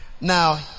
Now